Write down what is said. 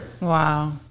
Wow